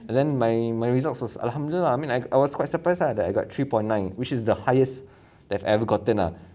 and then my my results was alhamdulillah I mean I I was quite surprised ah that I got three point nine which is the highest I have ever gotten lah